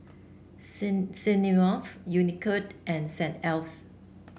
Smirnoff Unicurd and Saint Ives